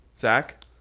Zach